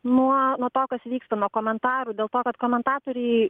nuo nuo to kas vyksta nuo komentarų dėl to kad komentatoriai